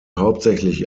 hauptsächlich